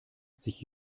sich